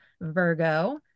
Virgo